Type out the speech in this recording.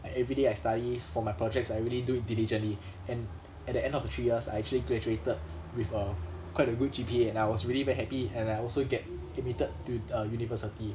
I everyday I study for my projects I really do it diligently and at the end of the three years I actually graduated with a quite a good G_P_A and I was really very happy and I also get admitted to t~ a university